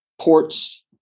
ports